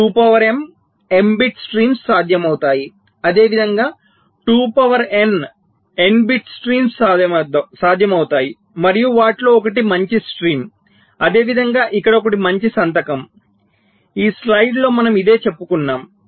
2 power m m bit streams సాధ్యం అవుతాయి అదేవిధంగా 2 power n n bit streams సాధ్యం అవుతాయి మరియు వాటిలో ఒకటి మంచి స్ట్రీమ్ అదేవిధంగా ఇక్కడ ఒకటి మంచి సంతకం ఈ స్లయిడ్ లో మనం ఇదే చెబుతున్నాం